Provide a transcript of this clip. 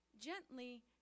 gently